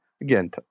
Again